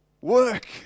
work